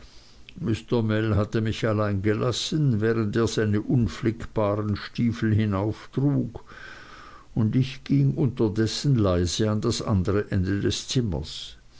hatte mich allein gelassen während er seine unflickbaren stiefel hinauftrug und ich ging unterdessen leise an das andere ende des zimmers